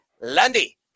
Lundy